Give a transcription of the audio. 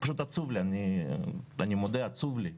עצוב, אני מודה עצוב לי,